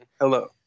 hello